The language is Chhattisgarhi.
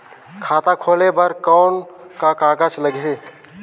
खाता खोले बर कौन का कागज लगही?